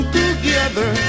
together